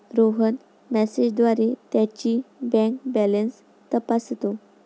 रोहन मेसेजद्वारे त्याची bank balance तपासतो